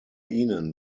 ihnen